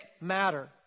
matter